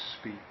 speak